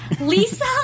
Lisa